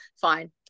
fine